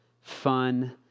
fun